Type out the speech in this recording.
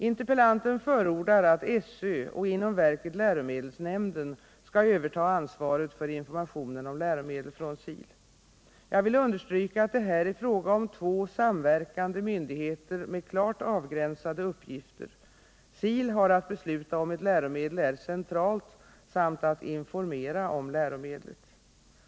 Interpellanten förordar att SÖ — och inom verket läromedelsnämnden — skall överta ansvaret för informationen om läromedel från SIL. Jag vill understryka att det här är fråga om två samverkande myndigheter med klart avgränsade uppgifter: SIL har att besluta om ett läromedel är centralt samt att informera om läromedlet.